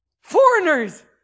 foreigners